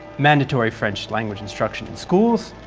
mandatory french language instruction in schools,